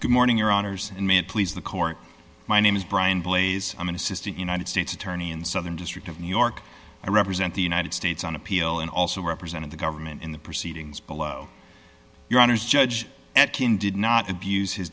good morning your honors in may and please the court my name is brian blaise i'm an assistant united states attorney in southern district of new york i represent the united states on appeal and also represented the government in the proceedings below your honor judge in did not abuse